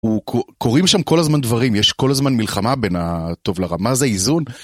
קוראים שם כל הזמן דברים, יש כל הזמן מלחמה בין הטוב לרע, מה זה איזון?